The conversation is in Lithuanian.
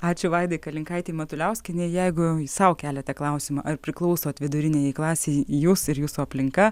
ačiū vaidai kalinkaitei matuliauskienei jeigu sau keliate klausimą ar priklausote vidurinei klasei jūs ir jūsų aplinka